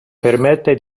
permette